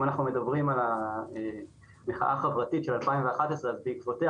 אם אנחנו מדברים על המחאה חברתית של 2011 אז בעקבותיה,